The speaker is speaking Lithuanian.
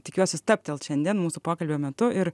tikiuosi stabtelt šiandien mūsų pokalbio metu ir